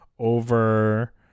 Over